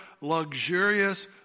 luxurious